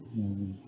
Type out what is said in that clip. mm